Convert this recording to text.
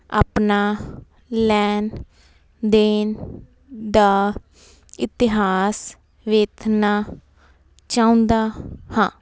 ਆਪਣਾ ਲੈਣ ਦੇਣ ਦਾ ਇਤਿਹਾਸ ਵੇਖਣਾ ਚਾਹੁੰਦਾ ਹਾਂ